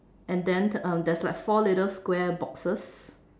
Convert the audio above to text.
and then um there's like four little square boxes